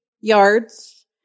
yards